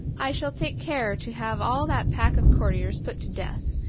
i shall take care to have all that pack of courtiers put to death,